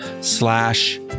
slash